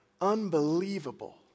unbelievable